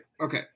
okay